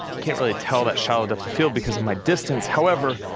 can't really tell that shallowed up the field because of my distance, however,